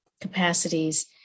capacities